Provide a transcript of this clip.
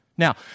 Now